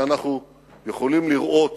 ואנחנו יכולים לראות